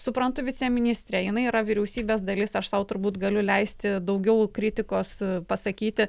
suprantu viceministrė jinai yra vyriausybės dalis aš sau turbūt galiu leisti daugiau kritikos pasakyti